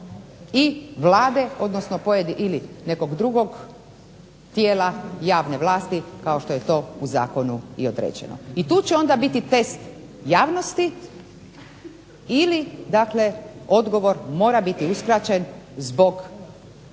i Vlade ili nekog drugog tijela javne vlasti kao što je to u zakonu i određeno. I tu će onda biti test javnosti ili dakle odgovor mora biti uskraćen zbog tajne